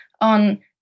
on